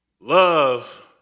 love